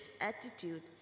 attitude